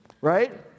right